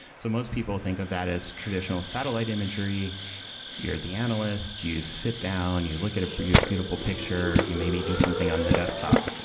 so most people think of that as traditional satellite imagery you're the analyst, you sit down, you look at a but beautiful picture, you maybe do something on the desktop.